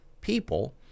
people